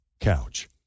couch